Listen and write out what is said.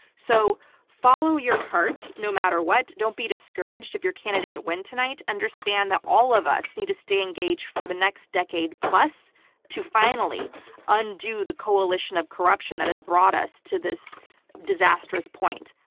so follow your heart, no matter what. don't be discouraged if your candidate doesn't win tonight. understand that all of us need to stay engaged for the next decade plus to finally undo the coalition of corruption that has brought us to this disastrous point.